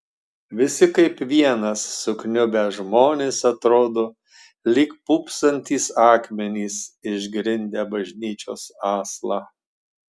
visi kaip vienas sukniubę žmonės atrodo lyg pūpsantys akmenys išgrindę bažnyčios aslą